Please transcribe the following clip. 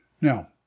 Now